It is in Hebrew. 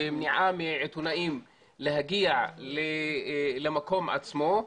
ומניעה מעיתונאים להגיע למקום עצמו,